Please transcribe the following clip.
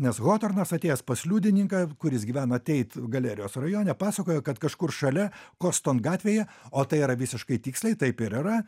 nes hornas atėjęs pas liudininką kuris gyvena ateit galerijos rajone pasakoja kad kažkur šalia koston gatvėje o tai yra visiškai tiksliai taip ir yra